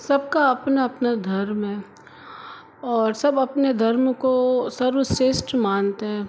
सबका अपना अपना धर्म है और सब अपने धर्म को सर्वश्रेष्ठ मानते हैं